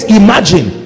imagine